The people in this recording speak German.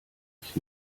ich